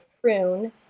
prune